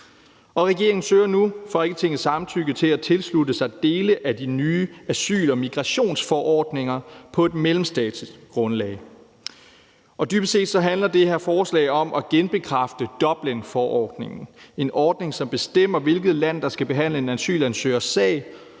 Regeringen søger nu Folketingets samtykke til at tilslutte sig dele af de nye asyl- og migrationsforordninger på et mellemstatsligt grundlag. Og dybest set handler det her forslag om at genbekræfte Dublinforordningen, en ordning, som bestemmer, hvilket land der skal behandle en asylansøgers sag,